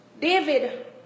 David